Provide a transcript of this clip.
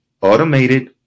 automated